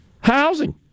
Housing